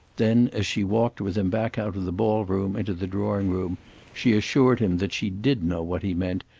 then as she walked with him back out of the ball-room into the drawing-room she assured him that she did know what he meant,